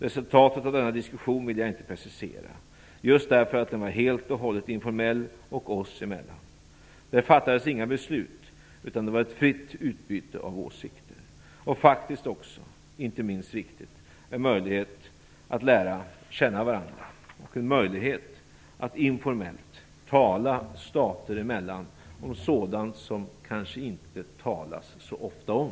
Resultatet av denna diskussion vill jag inte precisera just därför att den var helt och hållet informell och oss emellan. Det fattades inga beslut, utan det var ett fritt utbyte av åsikter och faktiskt också, vilket inte minst är viktigt, en möjlighet att lära känna varandra och en möjlighet att stater emellan informellt tala om sådant som det kanske inte talas så ofta om.